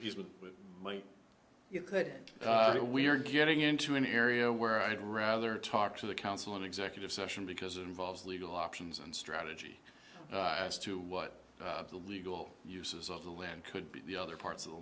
them with that we're getting into an area where i'd rather talk to the council in executive session because it involves legal options and strategy as to what the legal uses of the land could be the other parts of the